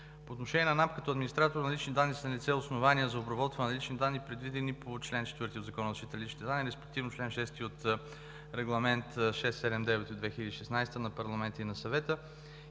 По отношение на НАП, като администратор на лични данни, са налице основания за обработване на лични данни, предвидени по чл. 4 от Закона за защита на личните данни или респективно чл. 6 от Регламент 679 от 2016 г. на Европейския парламент и на Съвета.